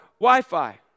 wi-fi